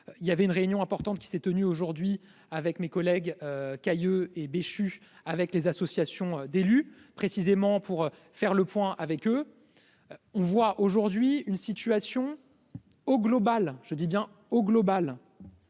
il y avait une réunion importante qui s'est tenue aujourd'hui avec mes collègues caille et Béchu. Avec les associations d'élus, précisément pour faire le point avec eux, on voit aujourd'hui une situation au global, je dis bien au global